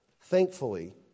Thankfully